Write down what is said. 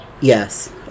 Yes